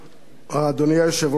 אדוני היושב-ראש,